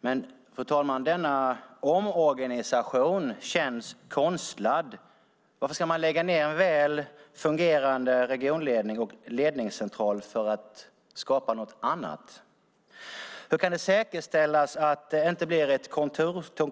Men, fru talman, denna omorganisation känns konstlad. Varför ska man lägga ned en väl fungerande regionledning och ledningscentral för att skapa något annat? Hur kan det säkerställas att det inte blir ett